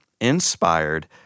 Inspired